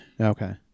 Okay